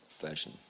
version